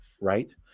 right